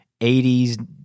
80s